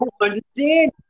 understand